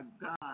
God